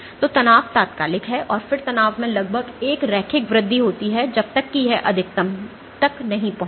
तो तनाव तात्कालिक है और फिर तनाव में लगभग एक रैखिक वृद्धि होती है जब तक कि यह अधिकतम तक नहीं पहुंचता